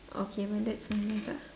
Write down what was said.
okay but that's ah